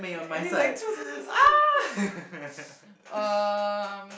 right and he's llike um